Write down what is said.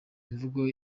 imvugo